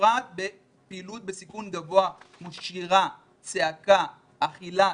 בפרט בפעילות בסיכון גבוה, כמו שירה, צעקה, אכילה.